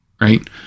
right